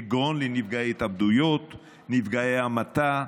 כגון לנפגעי התאבדויות ולנפגעי המתה,